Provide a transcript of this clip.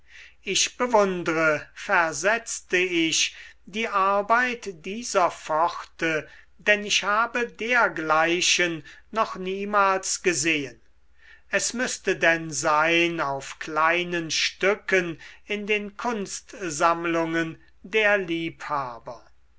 ich bewundre versetzte ich die arbeit dieser pforte denn ich habe dergleichen noch niemals gesehen es müßte denn sein auf kleinen stücken in den kunstsammlungen der liebhaber